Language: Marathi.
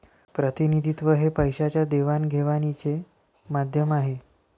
प्रतिनिधित्व हे पैशाच्या देवाणघेवाणीचे माध्यम आहे